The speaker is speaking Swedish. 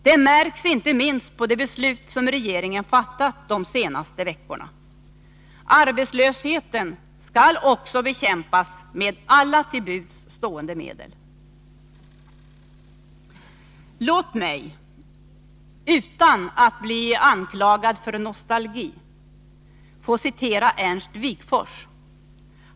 Det märks inte minst på de beslut som regeringen fattat de senaste veckorna. Arbetslösheten skall också bekämpas med alla till buds stående medel. Låt mig, utan att bli anklagad för nostalgi, få citera Ernst Wigforss.